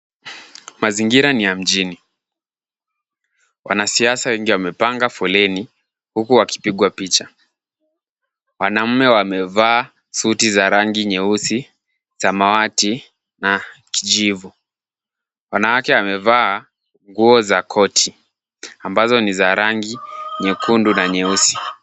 Mazingira ni ya mjini. Wanasiasa wengi wamepanga foleni huku wakipigwa picha. Wanaume wamevaa suti za rangi nyeusi, samawati na kijivu. Wanawake wamevaa nguo za koti ambazo ni za rangi nyekundu na nyeusi.